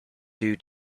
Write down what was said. due